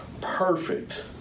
perfect